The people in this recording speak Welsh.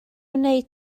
wneud